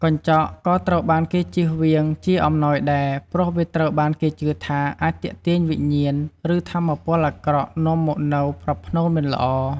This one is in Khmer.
កញ្ចក់ក៏ត្រូវបានគេជៀសវាងជាអំណោយដែរ ព្រោះវាត្រូវបានគេជឿថាអាចទាក់ទាញវិញ្ញាណ ឬថាមពលអាក្រក់នាំមកនៃប្រផ្នូលមិនល្អ។